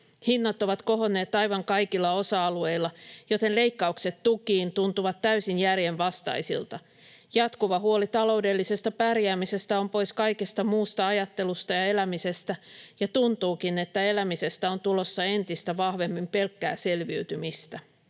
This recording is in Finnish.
Hinnat ovat kohonneet aivan kaikilla osa-alueilla, joten leikkaukset tukiin tuntuvat täysin järjenvastaisilta. Jatkuva huoli taloudellisesta pärjäämisestä on pois kaikesta muusta ajattelusta ja elämisestä, ja tuntuukin, että elämisestä on tulossa entistä vahvemmin pelkkää selviytymistä."